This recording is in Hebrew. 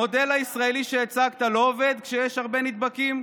המודל הישראלי שהצגת לא עובד כשיש הרבה נדבקים?